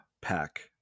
pack